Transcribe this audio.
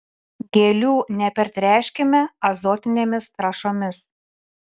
gėlių nepertręškime azotinėmis trąšomis